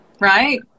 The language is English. right